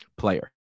player